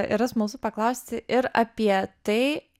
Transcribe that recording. yra smalsu paklausti ir apie tai